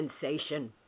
sensation